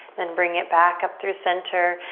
then bring it back up through center.